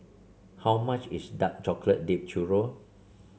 how much is Dark Chocolate Dipped Churro